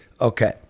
Okay